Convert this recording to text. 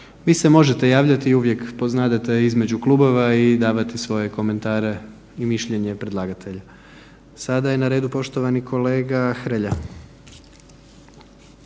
Vi se možete javljati uvijek, poznadete između klubova i davati svoje komentare i mišljenje predlatatelju. Sada je na redu poštovani kolega Hrelja.